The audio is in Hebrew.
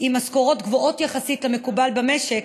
עם משכורות גבוהות יחסית למקובל במשק,